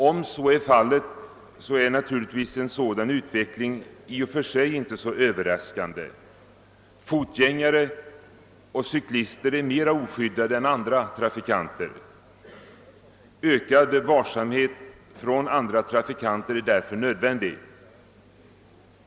Om dessa stämmer, så är utvecklingen inte särskilt överraskande — fotgängare och cyklister är ju mera oskyddade än andra trafikanter. Ökad varsamhet från Övriga trafikanters sida är därför nödvändig.